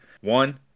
One